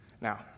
Now